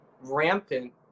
rampant